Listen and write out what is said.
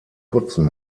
putzen